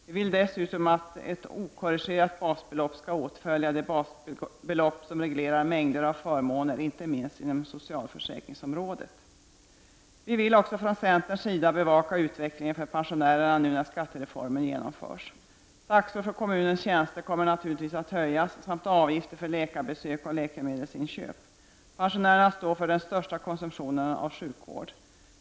Vi vill dessutom att ett okorrigerat basbelopp skall åtfölja det basbelopp som reglerar mängder av förmåner, inte minst inom socialförsäkringsområdet. Vi vill också från centerns sida bevaka utvecklingen för pensionärerna nu när skattereformen genomförs. Taxorna för kommunens tjänster kommer naturligtvis att höjas liksom avgifterna för läkarbesök och läkemedelsinköp. Pensionärerna står för den största konsumtionen av sjukvård.